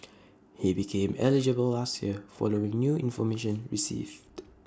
he became eligible last year following new information received